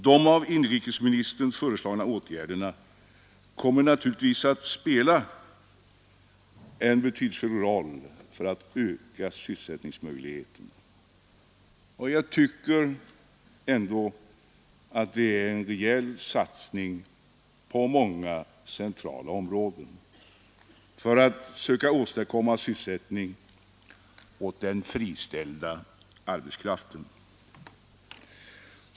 De av inrikesministern föreslagna åtgärderna kommer naturligtvis att spela en betydelsefull roll då det gäller att öka sysselsättningsmöjligheterna. Jag tycker att det är en rejäl satsning på många centrala områden för att söka åstadkomma sysselsättning åt den friställda arbetskraften.